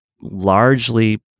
largely